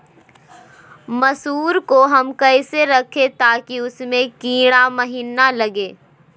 मसूर को हम कैसे रखे ताकि उसमे कीड़ा महिना लगे?